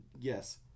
Yes